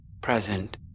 present